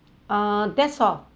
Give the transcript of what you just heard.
err that's all